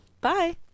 Bye